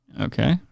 Okay